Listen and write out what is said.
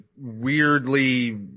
weirdly